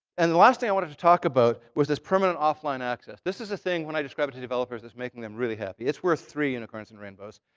and the last thing i wanted to talk about was this permanent offline access. this is a thing when i describe to developers is making them really happy. it's worth three unicorns and rainbows.